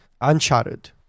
Uncharted